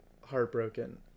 heartbroken